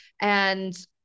And-